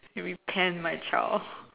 maybe can my child